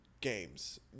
games